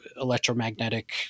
electromagnetic